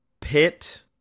pit